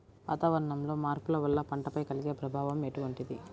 వాతావరణంలో మార్పుల వల్ల పంటలపై కలిగే ప్రభావం ఎటువంటిది?